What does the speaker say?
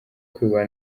kwiba